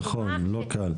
נכון, לא קל.